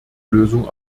lösung